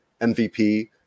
MVP